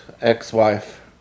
ex-wife